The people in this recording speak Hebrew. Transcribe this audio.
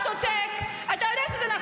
שתגיד מה שהיא רוצה.